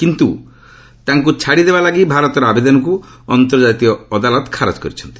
କିନ୍ତୁ ତାଙ୍କୁ ଛାଡ଼ିଦେବା ଲାଗି ଭାରତର ଆବେଦନକୁ ଅନ୍ତର୍କାତୀୟ ଅଦାଲତ ଖାରଜ କରିଛନ୍ତି